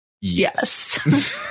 Yes